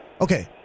Okay